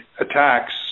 attacks